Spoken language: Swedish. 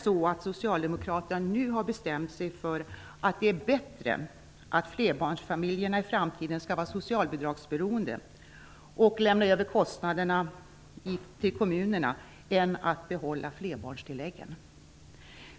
Har socialdemokraterna nu bestämt sig för att det är bättre att flerbarnsfamiljerna i framtiden skall vara socialbidragsberoende och lämna över kostnaderna till kommunerna än att behålla flerbarnstilläggen?